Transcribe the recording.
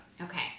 Okay